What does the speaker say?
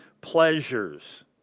pleasures